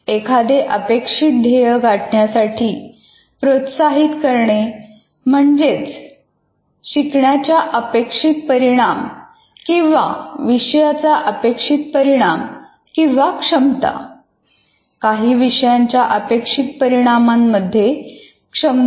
एखादे अपेक्षित ध्येय गाठण्यासाठी प्रोत्साहित करणे म्हणजेच शिकण्याचा अपेक्षित परिणाम किंवा विषयाचा अपेक्षित परिणाम किंवा क्षमता